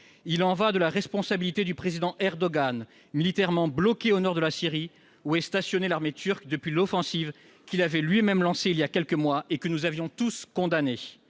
Il y va de la responsabilité du président Erdogan, militairement bloqué au nord de la Syrie, où est stationnée l'armée turque depuis l'offensive qu'il avait lui-même lancée il y a quelques mois, et que nous avions tous condamnée.